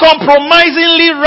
Compromisingly